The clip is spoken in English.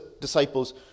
disciples